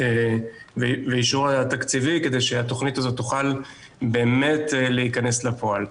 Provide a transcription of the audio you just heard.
ואישור תקציבי כדי שהתכנית הזאת תוכל באמת להכנס לפועל.